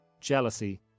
jealousy